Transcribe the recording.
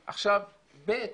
ב.